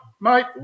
mate